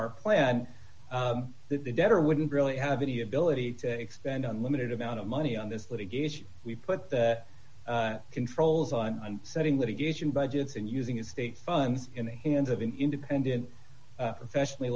our plan that the debtor wouldn't really have any ability to expend unlimited amount of money on this litigation we've put the controls on setting litigation budgets and using his state funds in the hands of an independent professionally